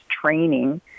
training